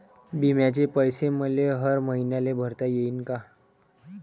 बिम्याचे पैसे मले हर मईन्याले भरता येईन का?